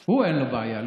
הוא, אין לו בעיה.